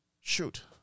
shoot